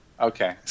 Okay